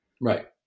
Right